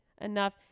enough